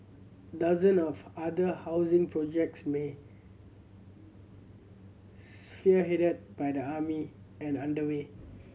dozen of other housing projects may sphere headed by the army and underway